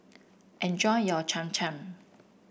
enjoy your Cham Cham